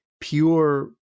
pure